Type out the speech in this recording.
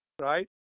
Right